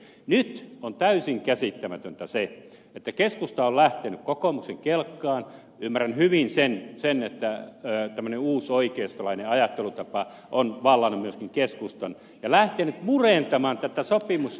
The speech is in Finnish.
nyt on täysin käsittämätöntä se että keskusta on lähtenyt kokoomuksen kelkkaan ymmärrän hyvin sen että tämmöinen uusoikeistolainen ajattelutapa on vallannut myöskin keskustan ja lähtenyt murentamaan tätä sopimusyhteiskuntaa